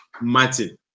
Martin